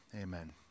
Amen